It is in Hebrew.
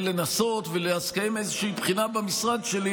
לנסות ולקיים איזה בחינה במשרד שלי,